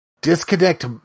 disconnect